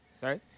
Sorry